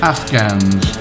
Afghans